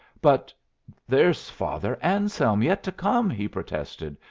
but there's father anselm yet to come, he protested.